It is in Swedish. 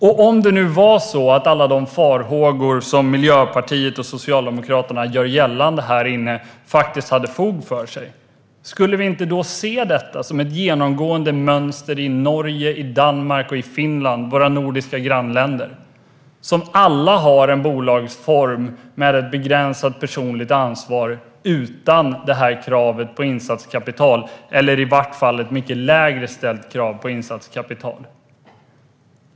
Om det nu vore så att det fanns fog för alla de farhågor som Miljöpartiet och Socialdemokraterna gör gällande här inne - skulle vi då inte se detta som ett genomgående mönster i våra nordiska grannländer Norge, Danmark och Finland? De har alla en bolagsform med ett begränsat personligt ansvar utan krav på insatskapital, eller i varje fall ett mycket lägre ställt krav på insatskapital.